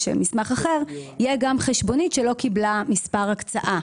מסמך אחר יהיה גם חשבונית שלא קיבלה מספר הקצאה.